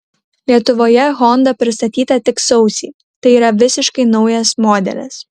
lietuvoje honda pristatyta tik sausį tai yra visiškai naujas modelis